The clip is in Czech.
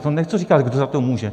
To nechci říkat, kdo za to může.